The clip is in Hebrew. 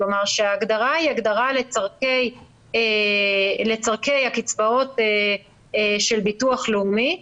כלומר שההגדרה היא הגדרה לצורכי הקצבאות של ביטוח לאומי,